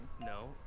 No